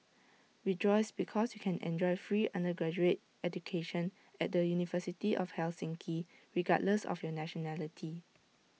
rejoice because you can enjoy free undergraduate education at the university of Helsinki regardless of your nationality